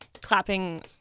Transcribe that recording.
clapping